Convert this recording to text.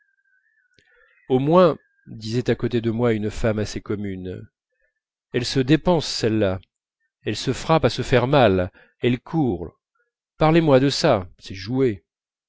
au moins disait à côté de moi une femme assez commune elle se dépense celle-là elle se frappe à se faire mal elle court parlez-moi de ça c'est jouer